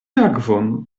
akvon